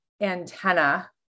antenna